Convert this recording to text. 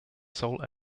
sole